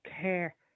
care